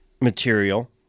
material